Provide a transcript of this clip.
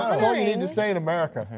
all you need to say in america.